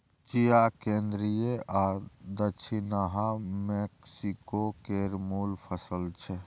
चिया केंद्रीय आ दछिनाहा मैक्सिको केर मुल फसल छै